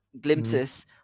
glimpses